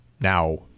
now